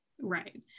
right